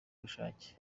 bushake